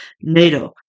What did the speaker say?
NATO